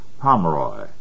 Pomeroy